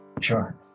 Sure